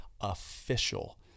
official